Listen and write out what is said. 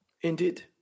Indeed